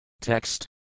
Text